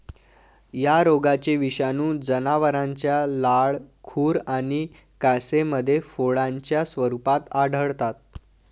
या रोगाचे विषाणू जनावरांच्या लाळ, खुर आणि कासेमध्ये फोडांच्या स्वरूपात आढळतात